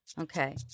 Okay